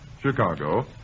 Chicago